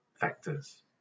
factors